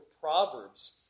Proverbs